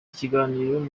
kiganiro